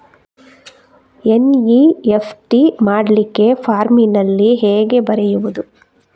NEFT ಮಾಡ್ಲಿಕ್ಕೆ ಫಾರ್ಮಿನಲ್ಲಿ ಹೇಗೆ ಬರೆಯುವುದು?